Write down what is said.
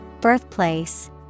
Birthplace